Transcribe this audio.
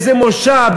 איזה מושב,